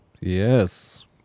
Yes